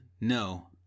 No